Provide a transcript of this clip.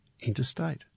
interstate